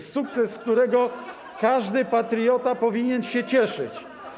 Ha, ha, ha! ...sukces, z którego każdy patriota powinien się cieszyć.